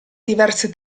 diverse